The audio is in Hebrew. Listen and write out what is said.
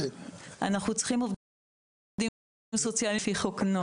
אנחנו צריכים עובדים סוציאליים לפי חוק נוער.